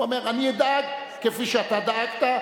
הוא אומר: אני אדאג כפי שאתה דאגת,